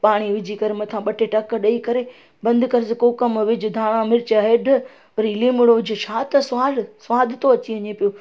पाणी विझी करे मथां ॿ टे टेक ॾेई करे बंदि करेसि कुकर में विझु धाणा मिर्च हैडु वरी लीमणो विझु छा त स्वाड सवादु थो अची वञे पियो